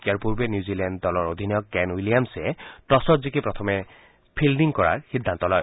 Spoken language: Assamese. ইয়াৰ পূৰ্বে নিউজিলেণ্ড দলৰ অধিনায়ক কেন উইলিয়ামছে টছত জিকি প্ৰথমে ফিল্ডি কৰাৰ সিদ্ধান্ত লয়